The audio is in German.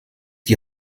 die